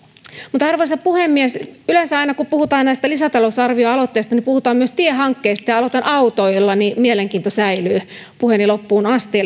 mutta arvoisa puhemies yleensä aina kun puhutaan näistä lisätalousarvioaloitteista puhutaan myös tiehankkeista ja aloitan autoilla niin mielenkiinto säilyy puheeni loppuun asti